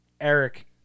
Eric